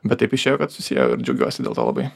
bet taip išėjo kad susiejau ir džiaugiuosi dėl to labai